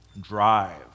drive